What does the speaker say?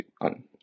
on